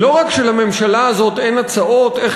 לא רק שלממשלה הזאת אין הצעות איך